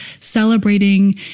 celebrating